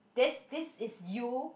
this this is you